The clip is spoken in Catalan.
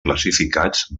classificats